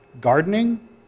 gardening